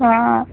हा